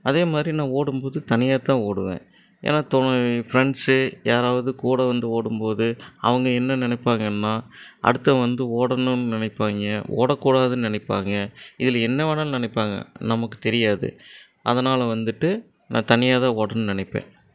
அதேமாதிரி நான் ஓடும் போது தனியாதான் ஓடுவேன் ஏன்னா ஃப்ரெண்ட்ஸு யாராவது கூட வந்து ஓடும் போது அவங்க என்ன நினைப்பாங்கன்னா அடுத்தவன் வந்து ஓடனும்ன்னு நினைப்பாங்கே ஓடக்கூடாதுன்னு நினைப்பாங்கே இதில் என்ன வேணாலும் நினைப்பாங்க நமக்கு தெரியாது அதனால் வந்துவிட்டு நான் தனியாதான் ஓடனும்ன்னு நினைப்பேன்